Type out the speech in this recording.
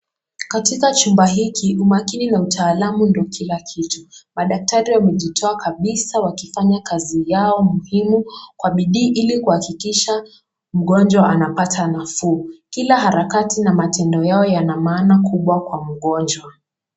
Katika chumba hiki umakini na utaalam ndiyo kila kitu. Madaktari wamejitoa kabisa wakifanya kazi yao muhimu kwa bidii ili kuhakikisha mgonjwa anapata nafuu. Kila harakati na matendo yao yana maana kubwa kwa mgonjwa.